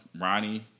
Ronnie